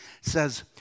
says